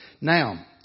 Now